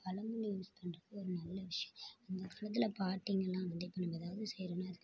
பழமொழி யூஸ் பண்ணுறப்போ ஒரு நல்ல விஷயம் அந்த காலத்தில் பார்த்தீங்கனா வந்து இப்போ நம்ம எதாவது செய்கிறோனா அதுக்கு